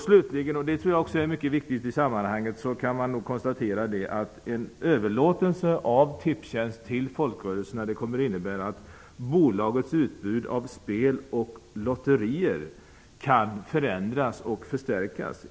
Slutligen kan man konstatera att en överlåtelse av Tipstjänst till folkrörelserna kommer att innebära att bolagets utbud av spel och lotterier kan förändras och förstärkas.